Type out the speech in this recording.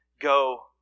Go